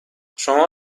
شما